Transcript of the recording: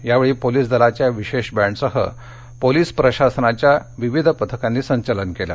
यावेळी पोलिस दलाच्या विशेष बँडसह पोलीस प्रशासनाच्या विविध पथकांनी संचलन केलं